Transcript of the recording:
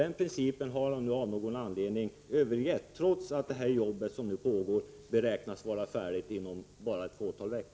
Den principen har han nu av någon anledning övergivit, trots att det arbete som nu pågår beräknas vara färdigt inom bara ett fåtal veckor.